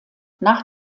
nach